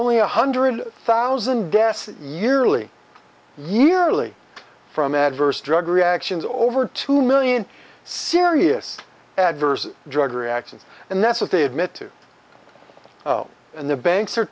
only one hundred thousand deaths yearly yearly from adverse drug reactions over two million serious adverse drug reactions and that's what they admit to the banks are